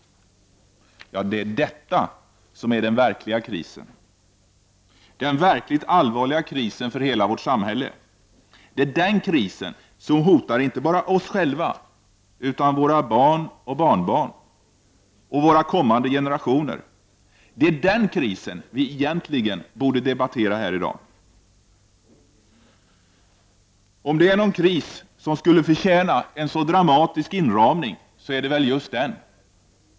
Det är detta som är den verkliga krisen, den verkligt allvarliga krisen för hela vårt samhälle. Den krisen hotar inte bara oss själva utan våra barn och barnbarn och alla kommande generationer. Det är den krisen vi egentligen borde debattera här i dag. Om det är någon kris som skulle förtjäna en så dramatisk inramning som den här i dag, är det väl just den!